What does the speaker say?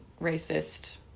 racist